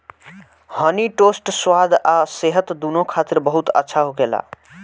हनी toast स्वाद आ सेहत दूनो खातिर बहुत अच्छा होखेला